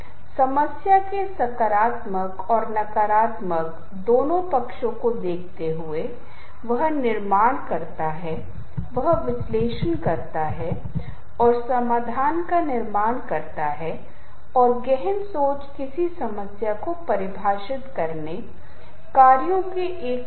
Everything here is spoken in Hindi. इसलिए यह एक और अलग पहलू है संगीत का एक और महत्वपूर्ण पहलू जो आपको विज्ञापनों के संदर्भ में विशिष्ट रूप से उपयोग किया जा रहा है क्योंकि विज्ञापनों में लोग बहुत ध्यान से उस तरह के पृष्ठभूमि स्कोर का चयन करते हैं जिनका उपयोग किया जा रहा है क्योंकि वे इसके लिए एक माहौल बनाते हैं